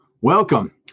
Welcome